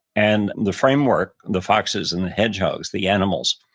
and the framework, the foxes and the hedgehogs, the animals,